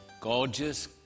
gorgeous